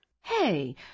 Hey